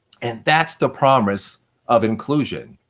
and that's the promise of inclusion.